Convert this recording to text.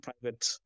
private